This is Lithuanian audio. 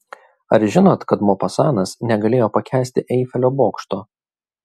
ar žinot kad mopasanas negalėjo pakęsti eifelio bokšto